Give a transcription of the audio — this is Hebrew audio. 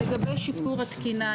לגבי שיפור התקינה,